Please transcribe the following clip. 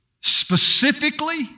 specifically